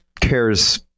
CARES